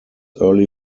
early